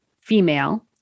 female